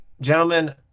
gentlemen